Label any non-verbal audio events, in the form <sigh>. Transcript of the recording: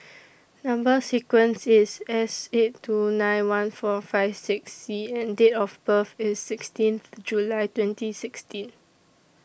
<noise> Number sequence IS S eight two nine one four five six C and Date of birth IS sixteenth July twenty sixteen